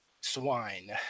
swine